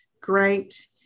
Great